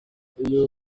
uyu